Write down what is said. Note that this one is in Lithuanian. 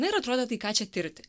na ir atrodo tai ką čia tirti